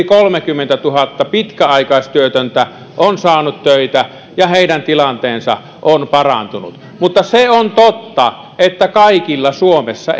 kolmekymmentätuhatta pitkäaikaistyötöntä on saanut töitä ja heidän tilanteensa on parantunut mutta se on totta että kaikilla suomessa